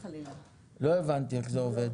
נתתי לך לפנים